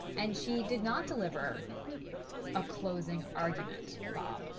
and she did not deliver a closing argument, bob.